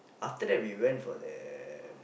after that we went for the